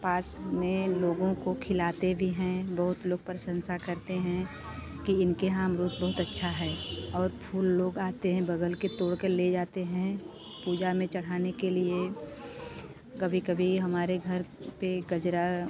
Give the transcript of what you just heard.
पास में लोगों को खिलाते भी हैं बहुत लोग प्रशंसा करते हैं कि इनके यहाँ अमरूद बहुत अच्छा है और फूल लोग आते हैं बगल के तोड़ कर ले जाते हैं पूजा में चढ़ाने के लिए कभी कभी हमारे घर पर गजरा